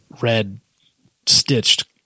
red-stitched